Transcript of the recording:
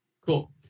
Cool